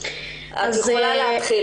את יכולה להתחיל.